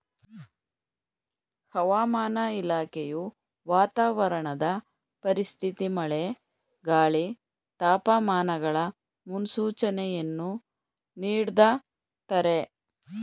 ಹವಾಮಾನ ಇಲಾಖೆಯು ವಾತಾವರಣದ ಪರಿಸ್ಥಿತಿ ಮಳೆ, ಗಾಳಿ, ತಾಪಮಾನಗಳ ಮುನ್ಸೂಚನೆಯನ್ನು ನೀಡ್ದತರೆ